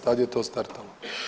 Tad je to startalo.